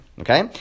okay